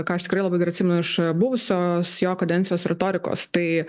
ką aš tikrai labai gerai atsimenu iš buvusios jo kadencijos retorikos tai